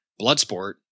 Bloodsport